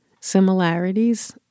similarities